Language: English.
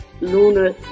lunar